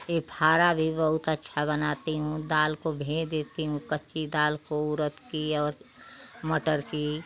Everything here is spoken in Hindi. फिर फारा भी बहुत अच्छा बनाती हूँ दाल को भिगो देती हूँ कच्ची दाल को रख के और मटर की